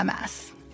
MS